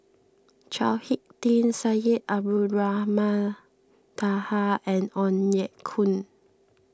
Chao Hick Tin Syed Abdulrahman Taha and Ong Ye Kung